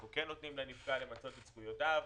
אנחנו כן נותנים לנפגע למצות את זכויותיו,